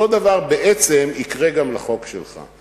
אותו הדבר בעצם יקרה גם לחוק שלך.